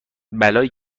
بلایی